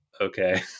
okay